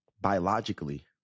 biologically